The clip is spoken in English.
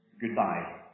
Goodbye